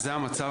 וזה המצב.